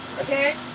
Okay